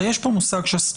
הרי יש פה מושג שסתום.